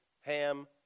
Ham